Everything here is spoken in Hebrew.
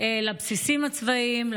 לבסיסים הצבאיים,